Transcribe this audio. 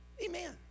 Amen